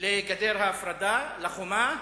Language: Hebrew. לגדר ההפרדה, לחומה,